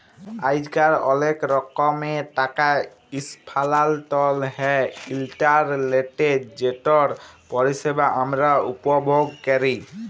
আইজকাল অলেক রকমের টাকা ইসথালাল্তর হ্যয় ইলটারলেটে যেটর পরিষেবা আমরা উপভোগ ক্যরি